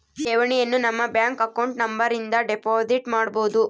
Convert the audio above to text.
ಠೇವಣಿಯನು ನಮ್ಮ bank account number ಇಂದ ಡೆಪೋಸಿಟ್ ಮಾಡ್ಬೊದು